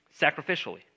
Sacrificially